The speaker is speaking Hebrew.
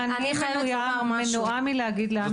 אני מנועה מלהגיד לאן המכשירים הולכים.